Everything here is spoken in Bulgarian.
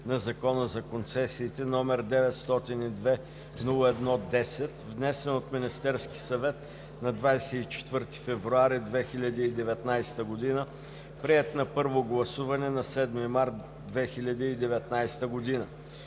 на Закона за концесиите, № 902-01-10, внесен от Министерския съвет нa 27 февруари 2019 г., приет на първо гласуване на 7 март 2019 г.“